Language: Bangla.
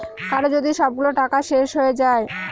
কারো যদি সবগুলো টাকা শেষ হয়ে যায়